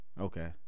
Okay